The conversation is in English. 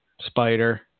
spider